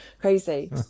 crazy